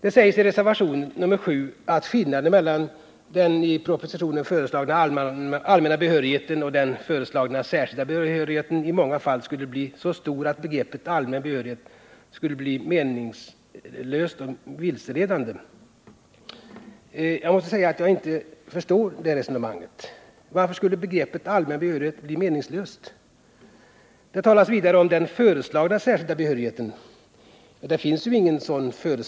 Det sägs i reservationen 7 att skillnaden mellan den i propositionen föreslagna allmänna behörigheten och den föreslagna särskilda behörigheten i många fall skulle bli så stor, att begreppet allmän behörighet skulle bli meningslöst och vilseledande. Jag måste säga att jag inte förstår det resonemanget. Varför skulle begreppet allmän behörighet bli meningslöst? Det talas vidare om den föreslagna särskilda behörigheten, men det finns ingen sådan föreslagen särskild behörighet.